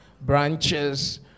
branches